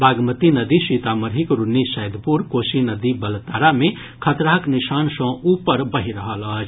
बागमती नदी सीतामढ़ीक रून्नीसैदपुर कोसी नदी बलतारा मे खतराक निशान सॅ ऊपर बहि रहल अछि